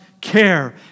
Care